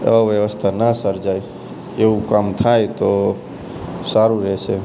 અવ્યવસ્થા ન સર્જાય એવું કામ થાય તો સારું રહેશે